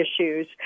issues